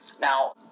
Now